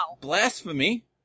blasphemy